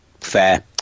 Fair